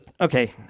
okay